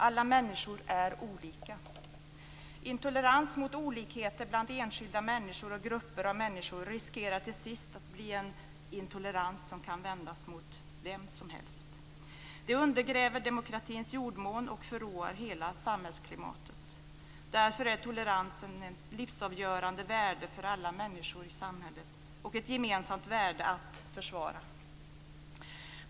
Alla människor är olika. Intolerans mot olikheter bland enskilda människor och grupper av människor riskerar till sist att bli en intolerans som kan vändas mot vem som helst. Det undergräver demokratins jordmån och förråar hela samhällsklimatet. Därför är tolerans ett livsavgörande värde för alla människor i samhället och ett gemensamt värde att försvara.